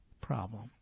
problem